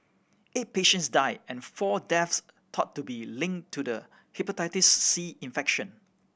eight patients die and four deaths thought to be linked to the Hepatitis C infection